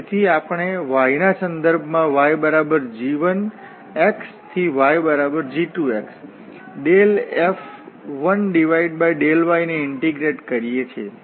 તેથી આપણે y ના સંદર્ભમાં yg1 થી yg2 F1∂y ને ઇન્ટીગ્રેટ કરીએ છીએ